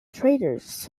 traitors